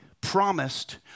promised